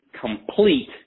complete